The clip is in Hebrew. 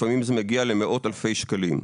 לפעמים זה מגיע למאות אלפי שקלים.